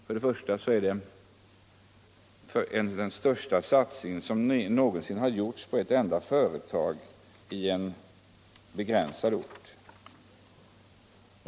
För det första är detta den största satsning som någonsin gjorts på ett enda företag på en begränsad ort.